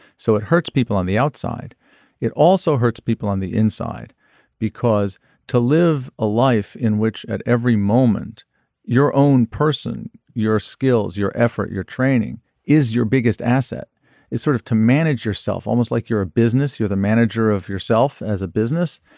so it hurts people on the outside it also hurts people on the inside because to live a life life in which at every moment your own person your skills your effort your training is your biggest asset is sort of to manage yourself almost like you're a business you're the manager of yourself as a business.